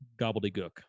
gobbledygook